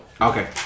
Okay